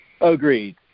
Agreed